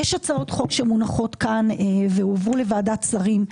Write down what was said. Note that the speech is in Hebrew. יש הצעות חוק שמונחות כאן והועברו לוועדת שרים.